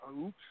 Oops